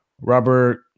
Robert